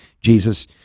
Jesus